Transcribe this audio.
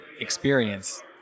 experience